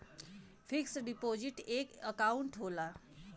fix deposit एक account होला